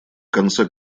конце